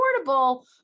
affordable